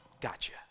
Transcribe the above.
Gotcha